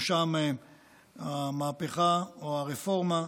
בראשם המהפכה או הרפורמה,